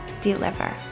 deliver